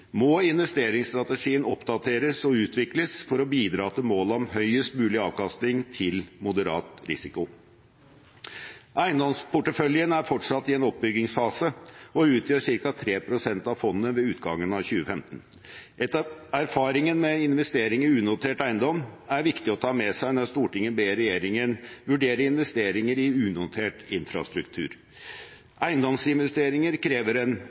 må investeringsstrategien oppdateres og utvikles for å bidra til målet om høyest mulig avkastning til moderat risiko. Eiendomsporteføljen er fortsatt i en oppbyggingsfase og utgjør ca. 3 pst. av fondet ved utgangen av 2015. Erfaringene med investering i unotert eiendom er viktige å ta med seg når Stortinget ber regjeringen vurdere investeringer i unotert infrastruktur. Eiendomsinvesteringer krever en